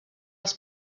els